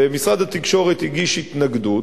ומשרד התקשורת הגיש התנגדות,